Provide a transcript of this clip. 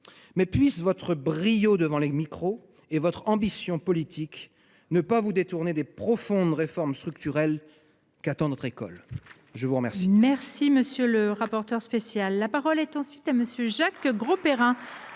mais puissent votre brio devant les micros et votre ambition politique ne pas vous détourner des réformes structurelles qu’attend notre école ! La parole